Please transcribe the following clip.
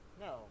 No